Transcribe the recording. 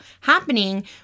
happening